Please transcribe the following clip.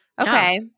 Okay